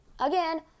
again